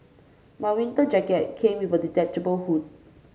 my winter jacket came with a detachable hood